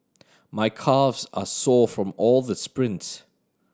my calves are sore from all the sprints